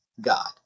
God